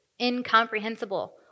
incomprehensible